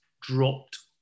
dropped